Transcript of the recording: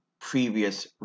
previous